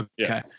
okay